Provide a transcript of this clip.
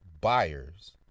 Buyers